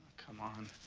come on.